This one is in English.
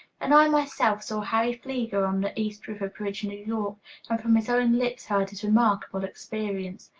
and i myself saw harry fleager on the east river bridge, new york, and from his own lips heard his remarkable experience.